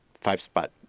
five-spot